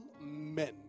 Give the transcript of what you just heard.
men